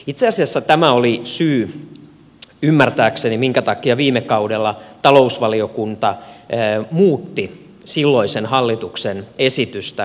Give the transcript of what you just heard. itse asiassa tämä oli ymmärtääkseni syy jonka takia viime kaudella talousvaliokunta muutti silloisen hallituksen esitystä